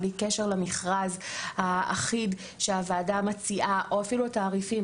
בלי קשר למכרז האחיד שהוועדה מציעה או אפילו התעריפים,